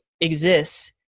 exists